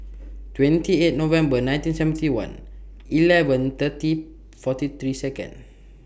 twenty eight November nineteen seventy one eleven thirty forty three Seconds